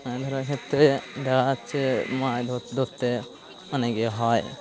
মাছ ধরার ক্ষেত্রে দেখা যাচ্ছে মাছ ধরতে অনেক এ হয়